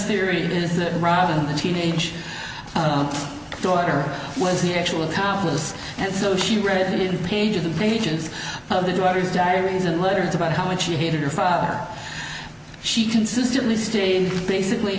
theory is that robin the teenage daughter was the actual accomplice and so she read in pages and pages of the daughter's diaries and letters about how much she hated her five she consistently stated basically